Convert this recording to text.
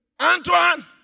Antoine